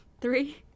Three